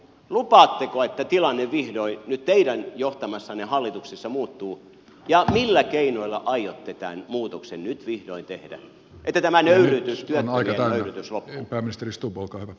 lupaatteko että tilanne vihdoin nyt teidän johtamassanne hallituksessa muuttuu ja millä keinoilla aiotte tämän muutoksen nyt vihdoin tehdä että tämä työttömien nöyryytys loppuu